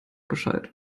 bescheid